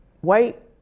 white